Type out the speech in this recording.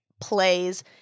plays